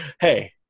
hey